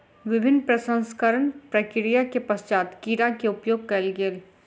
विभिन्न प्रसंस्करणक प्रक्रिया के पश्चात कीड़ा के उपयोग कयल गेल